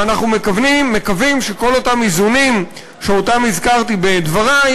ואנחנו מקווים שכל אותם איזונים שהזכרתי בדברי